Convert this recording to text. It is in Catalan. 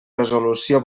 resolució